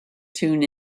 tune